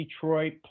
Detroit